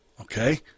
okay